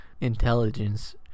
intelligence